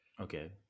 okay